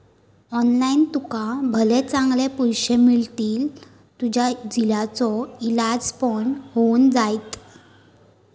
online तुका भले चांगले पैशे मिळतील, तुझ्या झिलाचो इलाज पण होऊन जायत